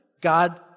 God